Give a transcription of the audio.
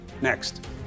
next